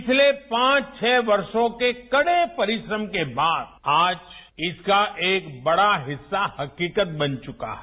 पिछले पांच छह वर्षों के कड़े परिश्रम के बाद आज इसका एक बड़ा हिस्सा हकीकत बन चुका है